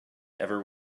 ever